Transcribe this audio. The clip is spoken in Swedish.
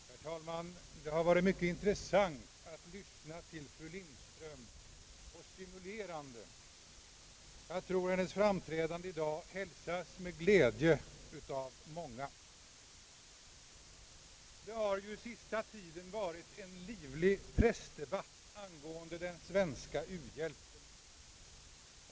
Herr talman! Det har varit mycket intressant och stimulerande att lyssna till fru Lindström. Jag tror att hennes framträdande i dag hälsas med glädje av många. Det har ju sista tiden varit en livlig pressdebatt angående den svenska u-hjälpen.